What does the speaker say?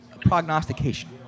prognostication